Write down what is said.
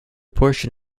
portion